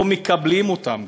גם לא מקבלים אותם.